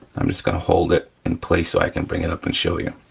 i'm just gonna hold it in place so i can bring it up and show you,